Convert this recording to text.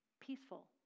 Peaceful